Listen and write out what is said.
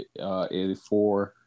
84